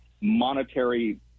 monetary